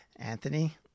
Anthony